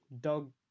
dog